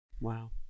Wow